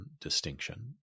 distinction